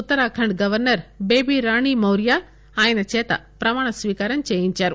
Uttarakhand governor Baby Rani Maurya ఆయన చేత ప్రమాణ స్పీకారం చేయించారు